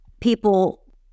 people